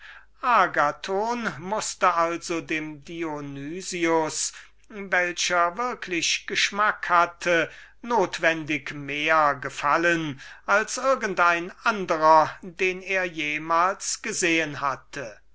agathon mußte also dem dionys welcher würklich geschmack hatte notwendig mehr gefallen als irgend ein anderer den er jemals gesehen hatte